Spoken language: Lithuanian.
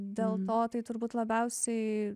dėl to tai turbūt labiausiai